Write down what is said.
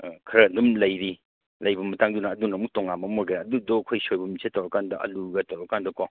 ꯈꯔ ꯑꯗꯨꯝ ꯂꯩꯔꯤ ꯂꯩꯕ ꯃꯇꯥꯡꯗꯨꯅ ꯑꯗꯨꯅ ꯑꯃꯨꯛ ꯇꯣꯉꯥꯟꯕ ꯑꯃ ꯑꯣꯏꯒ꯭ꯔꯦ ꯑꯗꯨꯗꯣ ꯑꯩꯈꯣꯏ ꯁꯣꯏꯕꯨꯝꯁꯦ ꯇꯧꯔ ꯀꯥꯟꯗ ꯑꯥꯂꯨꯒ ꯇꯧꯔ ꯀꯥꯟꯗꯀꯣ